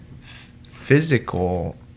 Physical